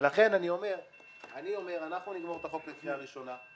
ולכן אני אומר שאנחנו נגמור את החוק לקריאה ראשונה,